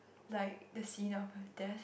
like the scene of her desk